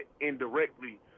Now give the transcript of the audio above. indirectly